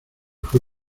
fue